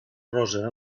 rosa